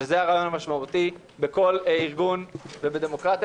שזה הרעיון המשמעותי בכל ארגון ובדמוקרטיה,